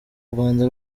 rwanda